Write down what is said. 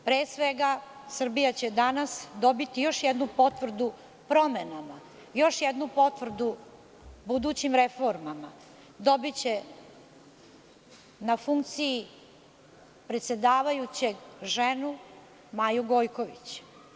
Pre svega, Srbija će danas dobiti još jednu potvrdu promenama, još jednu potvrdu budućim reformama, dobiće na funkciji predsedavajućeg ženu – Maju Gojković.